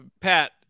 Pat